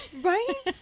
Right